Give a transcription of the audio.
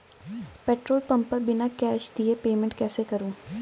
Petrol pump पर बिना cash दिए पेमेंट कैसे करूँ?